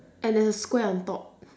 and then a square on top